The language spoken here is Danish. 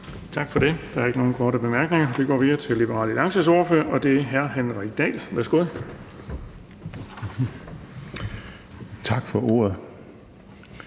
Tak for det. Der er ingen korte bemærkninger. Vi går videre til Venstres ordfører, og det er fru Heidi Bank. Værsgo. Kl.